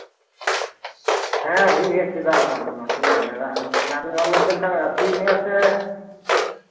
ᱦᱮᱸ ᱦᱩᱭᱩᱜ ᱜᱮᱭᱟ ᱪᱮᱫᱟᱜ ᱵᱟᱝ ᱦᱩᱭᱩᱜ ᱜᱮᱭᱟ ᱚᱱᱟ ᱜᱮ ᱧᱮᱞ ᱢᱮ ᱪᱮᱫ ᱞᱮᱠᱟ ᱦᱟᱥᱩᱭᱮᱫ ᱢᱮᱭᱟ ᱥᱮ